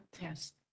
yes